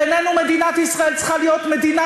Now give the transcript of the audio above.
בעינינו מדינת ישראל צריכה להיות מדינה